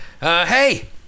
Hey